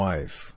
Wife